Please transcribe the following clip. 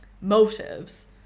motives